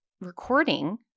recording